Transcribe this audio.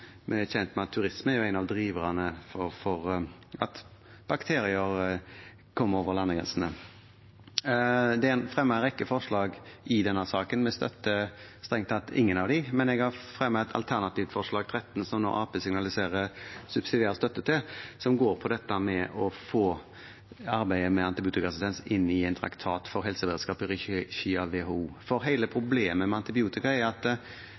Vi er kjent med at turisme er en av driverne for at bakterier kommer over landegrensene. Det er fremmet en rekke forslag i denne saken. Vi støtter strengt tatt ingen av dem, men jeg fremmer et alternativt forslag, forslag nr. 13, som Arbeiderpartiet nå signaliserer subsidiær støtte til, som går på dette med å få arbeidet med antibiotikaresistens inn i en traktat for helseberedskap i regi av WHO. Hele problemet med antibiotika er at veldig få utvikler det, og hvis en utvikler det, risikerer en at